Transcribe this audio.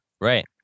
Right